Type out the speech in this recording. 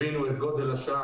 הבינו את גודל השעה,